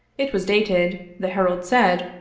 it was dated, the herald said,